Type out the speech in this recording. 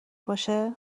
باشه